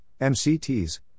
MCTs